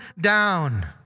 down